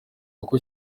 uko